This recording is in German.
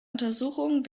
untersuchung